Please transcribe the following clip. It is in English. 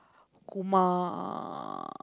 Kumar